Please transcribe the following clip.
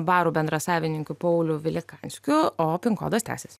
barų bendrasavininku pauliu vilikanskiu o pin kodas tęsias